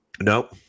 Nope